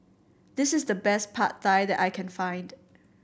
this is the best Pad Thai that I can find